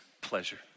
pleasure